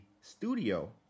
studio